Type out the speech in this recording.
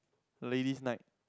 Ladies Night